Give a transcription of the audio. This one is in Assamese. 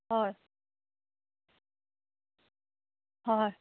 হয় হয়